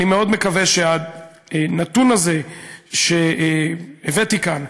אני מאוד מקווה שהנתון הזה שהבאתי כאן,